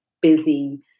busy